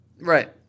Right